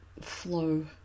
flow